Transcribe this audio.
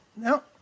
No